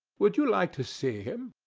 would you like to see him?